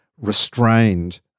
restrained